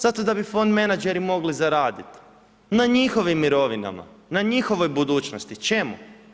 Zato da bi fond menadžeri mogli zaraditi, na njihovim mirovinama, na njihovoj budućnosti, čemu?